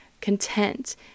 content